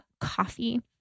coffee